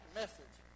message